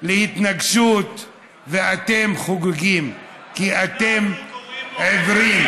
להתנגשות ואתם חוגגים, כי אתם עיוורים.